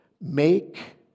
Make